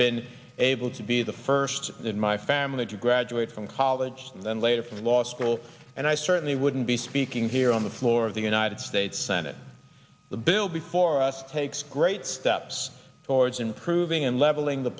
been able to be the first in my family to graduate from college and then later from law school and i certainly wouldn't be speaking to on the floor of the united states senate the bill before us takes great steps towards improving and leveling the